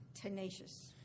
tenacious